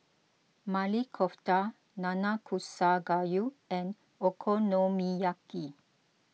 Maili Kofta Nanakusa Gayu and Okonomiyaki